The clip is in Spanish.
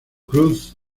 cruz